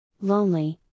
lonely